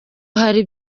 hari